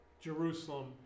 Jerusalem